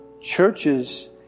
churches